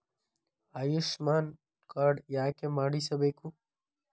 Ayushman card ಯಾಕೆ ಮಾಡಿಸಬೇಕು?